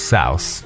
South